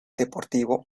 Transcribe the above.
deportivo